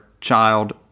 child